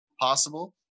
possible